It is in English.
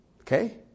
Okay